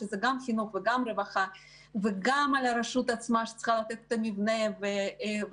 גם חינוך וגם רווחה וגם על הרשות עצמה שצריכה לתת את המבנה וכו',